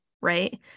Right